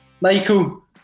Michael